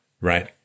right